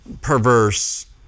perverse